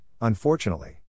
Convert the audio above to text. unfortunately